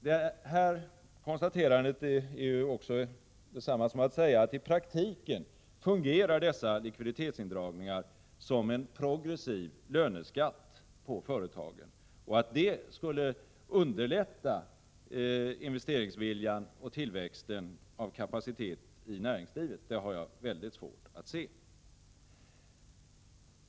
Det här konstaterandet är också detsamma som att säga att i praktiken fungerar dessa likviditetsindragningar som en progressiv löneskatt på företagen. Och att det skulle främja investeringsviljan och underlätta tillväxten av kapaciteten i näringslivet, det har jag väldigt svårt att se.